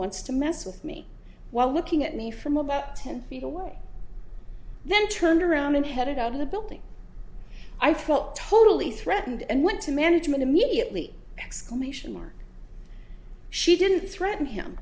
wants to mess with me while looking at me from about ten feet away then turned around and headed out of the building i felt totally threatened and went to management immediately exclamation mark she didn't threaten him